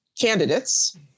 candidates